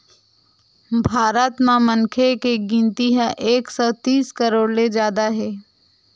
भारत म मनखे के गिनती ह एक सौ तीस करोड़ ले जादा हे